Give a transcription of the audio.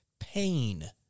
pain